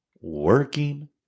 working